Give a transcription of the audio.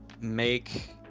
make